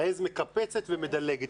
עז מקפצת ומדלגת.